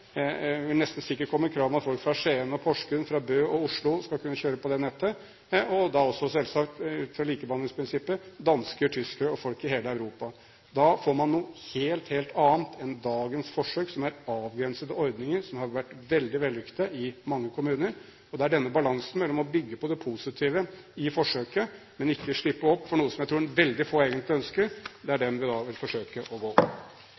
vil det nesten sikkert komme krav om at folk fra Skien og Porsgrunn, fra Bø og Oslo skal kunne kjøre på det nettet, og da også selvsagt, ut fra likebehandlingsprinsippet, dansker, tyskere og folk fra hele Europa. Da får man noe helt, helt annet enn dagens forsøk, som er avgrensede ordninger som har vært veldig vellykte i mange kommuner. Det er denne balansen mellom å bygge på det positive i forsøket og ikke slippe opp for noe som jeg tror veldig få egentlig ønsker, vi vil forsøke å